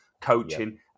coaching